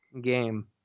game